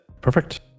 perfect